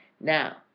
Now